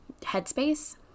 Headspace